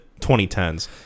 2010s